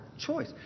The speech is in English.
choice